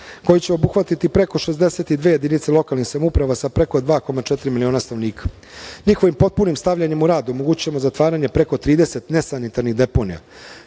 koji će obuhvatiti preko 62 jedinice lokalnih samouprava sa preko 2,4 miliona stanovnika. Njihovim potpunim stavljanjem u rad omogućava zatvaranje preko 30 nesanitarnih deponija.